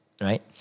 right